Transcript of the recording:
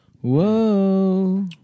Whoa